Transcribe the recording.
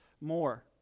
more